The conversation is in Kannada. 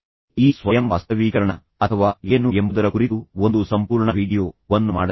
ಈ ಸ್ವಯಂ ವಾಸ್ತವೀಕರಣ ಅಥವಾ ಏನು ಎಂಬುದರ ಕುರಿತು ನಾನು ಒಂದು ಸಂಪೂರ್ಣ ವೀಡಿಯೊ ವನ್ನು ಮಾಡಲಿದ್ದೇನೆ